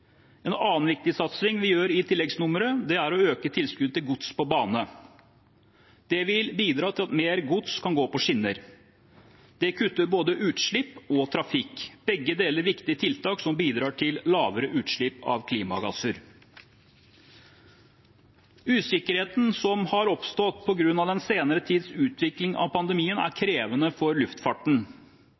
En annen viktig satsing vi gjør i tilleggsnummeret, er å øke tilskuddet til gods på bane. Det vil bidra til at mer gods kan gå på skinner. Det kutter både utslipp og trafikk. Begge deler er viktige tiltak som bidrar til lavere utslipp av klimagasser. Usikkerheten som har oppstått på grunn av den senere tids utvikling av pandemien er krevende for luftfarten.